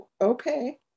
okay